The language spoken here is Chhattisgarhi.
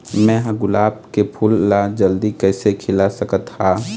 मैं ह गुलाब के फूल ला जल्दी कइसे खिला सकथ हा?